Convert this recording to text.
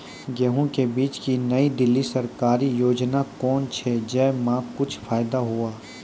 गेहूँ के बीज की नई दिल्ली सरकारी योजना कोन छ जय मां कुछ फायदा हुआ?